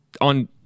on